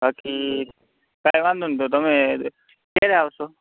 પછી કંઈ વાંધો નહીં તમે ક્યારે આવશો